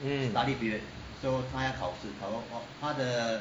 mm